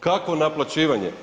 Kakvo naplaćivanje?